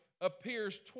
appears